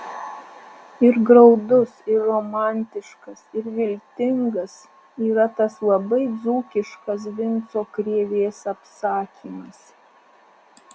ir graudus ir romantiškas ir viltingas yra tas labai dzūkiškas vinco krėvės apsakymas